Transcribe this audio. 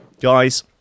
Guys